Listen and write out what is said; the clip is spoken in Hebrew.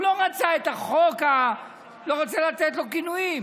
הוא לא רצה את החוק, אני לא רוצה לתת לו כינויים.